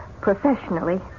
Professionally